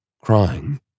crying